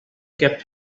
kept